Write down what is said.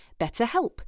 BetterHelp